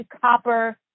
copper